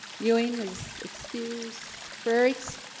ewing is excuse ferrites